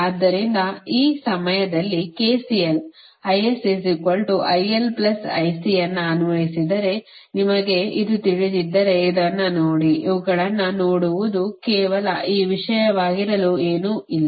ಆದ್ದರಿಂದ ಈ ಸಮಯದಲ್ಲಿ KCL ಅನ್ನು ಅನ್ವಯಿಸಿದರೆ ನಿಮಗೆ ಇದು ತಿಳಿದಿದ್ದರೆ ಇದನ್ನು ನೋಡಿ ಇವುಗಳನ್ನು ನೋಡುವುದು ಕೇವಲ ಈ ವಿಷಯವಾಗಿರಲು ಏನೂ ಇಲ್ಲ